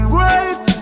Great